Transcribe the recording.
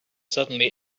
suddenly